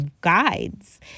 guides